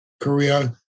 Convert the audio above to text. Korea